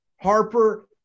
Harper